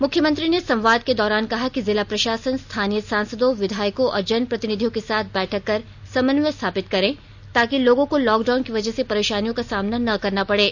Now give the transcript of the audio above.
मुख्यमंत्री ने संवाद के दौरान कहा कि जिला प्रषासन स्थानीय सांसदों विधायकों और जनप्रतिनिधियों के साथ बैठक कर समन्वय स्थापित करे ताकि लोगों को लॉकडाउन की वजह से परेषानियों का सामना न करना पड़े